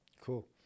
Cool